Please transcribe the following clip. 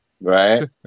Right